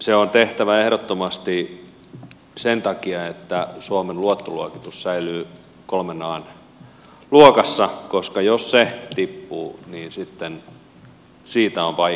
se on tehtävä ehdottomasti sen takia että suomen luottoluokitus säilyy kolmen an luokassa koska jos se tippuu niin sitten siitä on vaikea enää nousta